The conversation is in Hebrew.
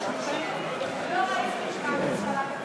הגב שלך מאוד יפה,